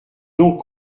donc